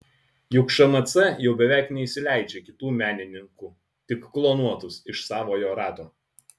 juk šmc jau beveik neįsileidžia kitų menininkų tik klonuotus iš savojo rato